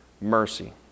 mercy